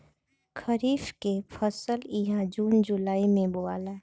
खरीफ के फसल इहा जून जुलाई में बोआला